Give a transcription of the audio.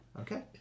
Okay